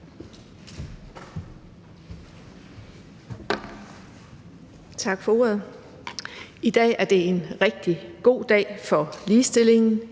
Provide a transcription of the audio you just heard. Tak for ordet. I dag er det en rigtig god dag for ligestillingen.